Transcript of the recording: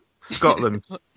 Scotland